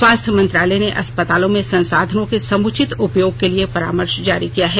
स्वास्थ्य मंत्रालय ने अस्पतालों में संसाधनों के समुचित उपयोग के लिए परामर्श जारी किया है